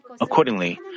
accordingly